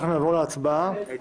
נעבור להצבעה.